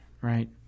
right